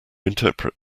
interpret